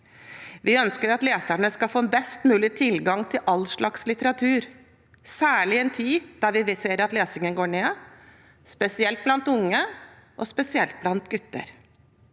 Vi ønsker at leserne skal få best mulig tilgang til all slags litteratur, særlig i en tid da vi ser at lesingen går ned, spesielt blant unge, og spesielt blant gutter.